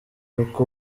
uku